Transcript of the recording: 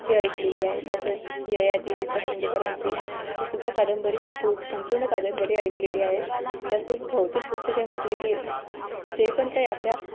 ही ऐकलेली आहे तसेच ययाति वि स खांडेकरांची हीसुद्धा कादंबरी मी पु संपूर्ण कादंबरी ऐकलेली आहे तसेच भौतिक पुस्तके म्हटलं की जे पण काय आपल्या